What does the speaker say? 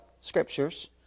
scriptures